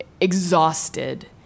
exhausted